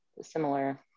similar